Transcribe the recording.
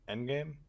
Endgame